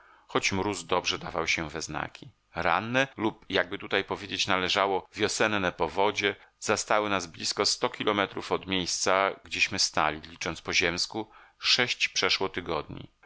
choć mróz dobrze dawał się we znaki ranne lub jakby tutaj powiedzieć należało wiosenne powodzie zastały nas blizko sto kilometrów od miejsca gdzieśmy stali licząc po ziemsku sześć przeszło tygodni